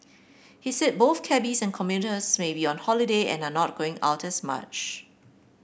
he said both cabbies and commuters may be on holiday and are not going out as much